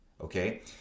Okay